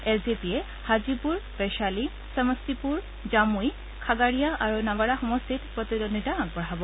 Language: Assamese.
এল জে পিয়ে হাজীপুৰ বৈশালী সমষ্টিপুৰ জামুই খাগাৰীয়া আৰু নাৱাডা সমষ্টিত প্ৰতিদ্বন্দ্বিতা আগবঢ়াব